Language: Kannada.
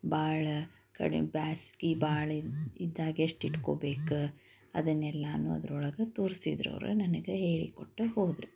ಭಾಳ ಕಡಿಮೆ ಬ್ಯಾಸ್ಗಿ ಭಾಳ ಇದ್ದಾಗ ಎಷ್ಟು ಇಟ್ಕೊಬೇಕು ಅದನ್ನೆಲ್ಲ ಅದರೊಳಗೆ ತೋರಿಸಿದರು ಅವರು ನನಗೆ ಹೇಳಿಕೊಟ್ಟು ಹೋದರು